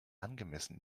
angemessen